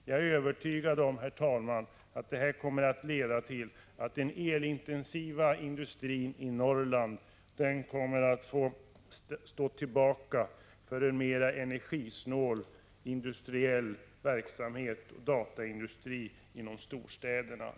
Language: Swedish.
Jag är övertygad om, herr talman, att den utvecklingen kommer att leda till att den elintensiva industrin i Norrland får stå tillbaka för en mer energisnål industriell verksamhet och dataindustrin i storstäderna.